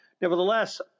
Nevertheless